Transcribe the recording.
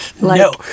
No